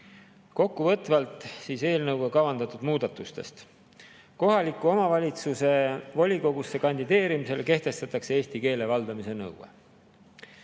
Kokkuvõtvalt eelnõuga kavandatud muudatustest. Kohaliku omavalitsuse volikogusse kandideerimisel kehtestatakse eesti keele valdamise nõue.